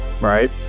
right